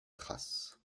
trace